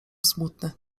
smutny